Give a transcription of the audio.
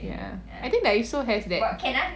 ya I think Daiso has that